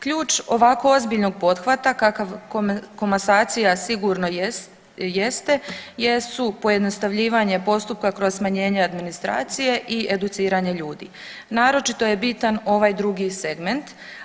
Ključ ovako ozbiljnog pothvata kakav komasacija sigurno jeste jesu pojednostavljivanje postupka kroz smanjenje administracije i educiranje ljudi, naročito je bitan ovaj drugi segment.